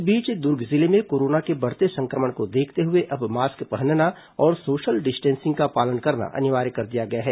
इस बीच दुर्ग जिले में कोरोना के बढ़ते संक्रमण को देखते हुए अब मास्क पहनना और सोशल डिस्टेंसिंग का पालन करना अनिवार्य कर दिया गया है